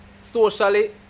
socially